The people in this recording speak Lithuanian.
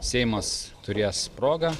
seimas turės progą